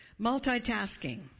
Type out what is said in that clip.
Multitasking